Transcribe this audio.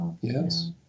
yes